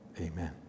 Amen